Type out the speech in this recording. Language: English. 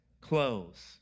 clothes